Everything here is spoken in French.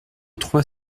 trois